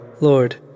Lord